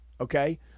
okay